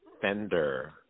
Fender